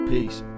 Peace